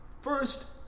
first